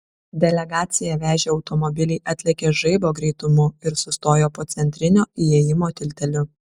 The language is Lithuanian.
delegaciją vežę automobiliai atlėkė žaibo greitumu ir sustojo po centrinio įėjimo tilteliu